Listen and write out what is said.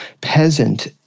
peasant